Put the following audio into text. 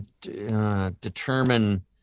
determine